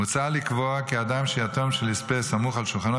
מוצע לקבוע כי אדם שיתום של נספה סמוך על שולחנו,